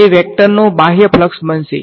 તે વેક્ટર શું છે